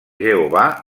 jehovà